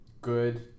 good